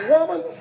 Woman